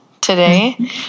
today